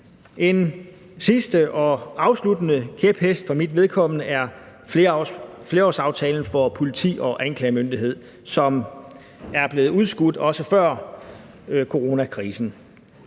En sidste og afsluttende kæphest for mit vedkommende er flerårsaftalen for politi og anklagemyndighed, som er blevet udskudt, også før coronakrisen.